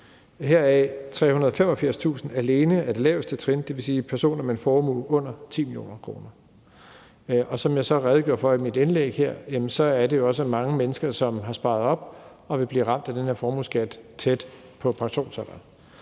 heraf 385.000 alene på det laveste trin, dvs. personer med en formue på under 10 mio. kr. Og som jeg så redegjorde for i mit indlæg, er det også mange mennesker, som har sparet op, som vil blive ramt af den her formueskat tæt på pensionsalderen.